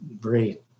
great